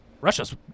Russia's